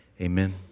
amen